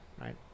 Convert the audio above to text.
right